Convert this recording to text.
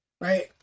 Right